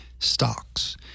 Stocks